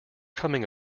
coming